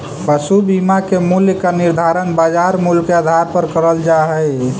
पशु बीमा के मूल्य का निर्धारण बाजार मूल्य के आधार पर करल जा हई